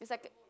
is like a